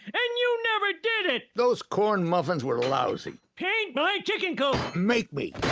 and you never did it. those corn muffins were lousy. paint my chicken coop. make me.